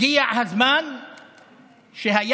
הגיע הזמן שהיחס